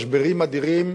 משברים אדירים,